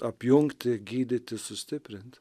apjungti gydyti sustiprinti